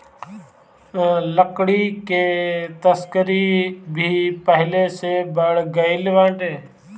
लकड़ी के तस्करी भी पहिले से बढ़ गइल बाटे